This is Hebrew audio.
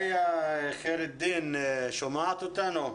איה חיראדין ממשרד החינוך, שומעת אותנו?